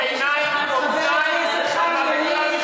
חבר הכנסת חיים ילין,